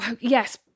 Yes